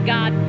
God